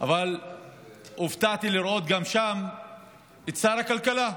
אבל הופתעתי לראות גם שם את שר הכלכלה,